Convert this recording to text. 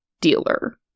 dealer